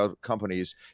companies